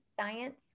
science